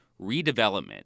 redevelopment